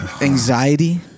anxiety